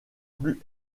plus